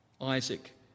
Isaac